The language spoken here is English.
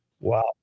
Wow